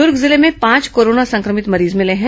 दुर्ग जिले में पांच कोरोना संक्रमित मरीज मिले हैं